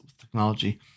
technology